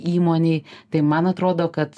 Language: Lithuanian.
įmonėj tai man atrodo kad